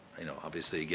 you know, obviously, again,